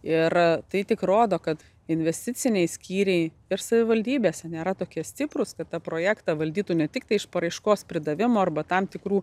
ir tai tik rodo kad investiciniai skyriai ir savivaldybėse nėra tokie stiprūs kad tą projektą valdytų ne tiktai iš paraiškos perdavimo arba tam tikrų